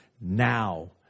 now